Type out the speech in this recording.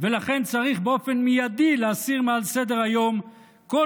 ולכן צריך באופן מיידי להסיר מעל סדר-היום כל